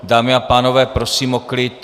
Dámy a pánové, prosím o klid.